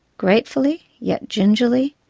gratefully yet gingerly,